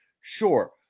Sure